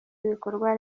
w’ibikorwa